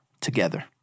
together